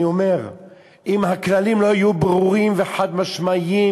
אני אומר שאם הכללים לא יהיו ברורים וחד-משמעיים,